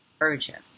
urgent